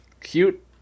cute